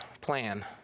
plan